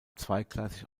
zweigleisig